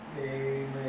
Amen